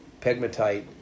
pegmatite